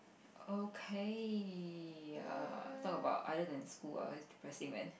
okay err talk about other than school ah this is depressing man